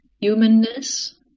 humanness